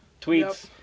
tweets